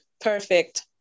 Perfect